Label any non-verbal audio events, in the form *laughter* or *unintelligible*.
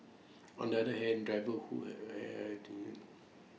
on the other hand drivers who are *unintelligible*